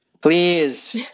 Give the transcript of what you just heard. Please